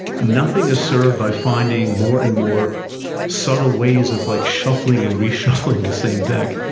nothing is served by finding more and more subtle ways of like, shuffling and reshuffling the same deck